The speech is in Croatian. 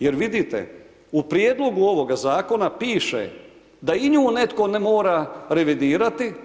Jer vidite, u Prijedlogu ovoga zakona piše da i nju netko mora revidirati.